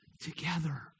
together